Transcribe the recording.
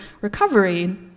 recovery